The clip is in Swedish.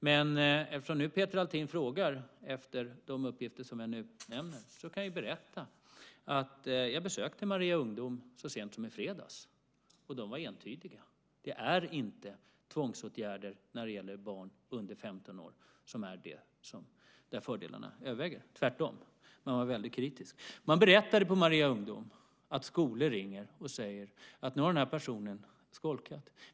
Men eftersom Peter Althin frågar efter de uppgifter som jag nu nämner, kan jag berätta att jag besökte Maria Ungdom så sent som i fredags, och de var entydiga. Fördelarna med tvångsåtgärder när det gäller barn under 15 år överväger inte. Man var tvärtom väldigt kritisk till det. Man berättade på Maria Ungdom att skolor ringer och säger: Nu har den här personen skolkat.